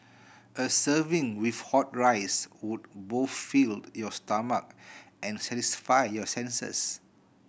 a serving with hot rice would both filled your stomach and satisfy your senses